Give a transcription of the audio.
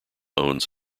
owns